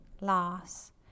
loss